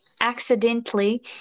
accidentally